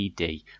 ED